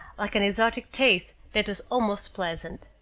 like an exotic taste, that was almost pleasant.